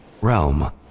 realm